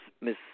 Miss